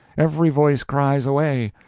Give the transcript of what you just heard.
every voice cries away!